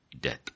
death